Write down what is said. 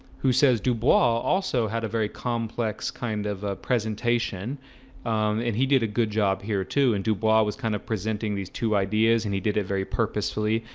who says du bois also had a very complex kind of ah presentation and he did a good job here, too and du bois was kind of presenting these two ideas and he did it very purposefully,